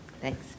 Thanks